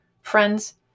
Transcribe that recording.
Friends